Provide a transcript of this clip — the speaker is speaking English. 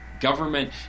government